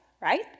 right